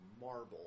marble